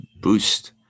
boost